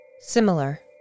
similar